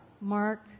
Mark